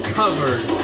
covered